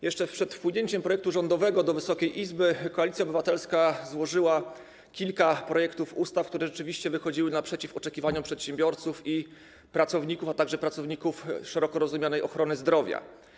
Jeszcze przed wpłynięciem projektu rządowego do Wysokiej Izby Koalicja Obywatelska złożyła kilka projektów ustaw, które rzeczywiście wychodziły naprzeciw oczekiwaniom przedsiębiorców i pracowników, a także pracowników szeroko rozumianej ochrony zdrowia.